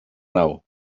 nau